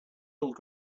old